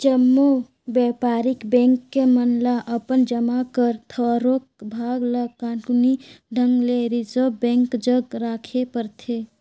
जम्मो बयपारिक बेंक मन ल अपन जमा कर थोरोक भाग ल कानूनी ढंग ले रिजर्व बेंक जग राखेक परथे